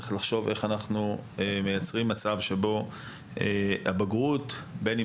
אנחנו צריכים לחשוב איך אנחנו מייצרים מצב שבו הבגרות בין אם